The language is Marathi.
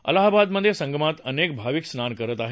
अलाहाबादमधे संगमात अनेक भाविक स्नान करत आहेत